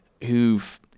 who've